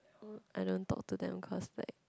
I don't talk to them cause like